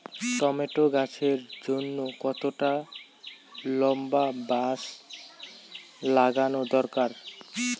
Tomato গাছের জন্যে কতটা লম্বা বাস লাগানো দরকার?